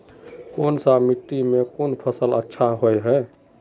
कोन सा मिट्टी में कोन फसल अच्छा होय है?